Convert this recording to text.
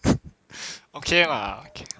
okay lah okay